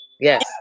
Yes